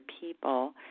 people